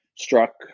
struck